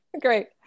Great